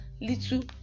Little